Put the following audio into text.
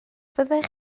fyddech